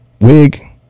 wig